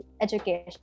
education